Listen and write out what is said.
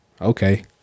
Okay